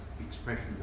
expression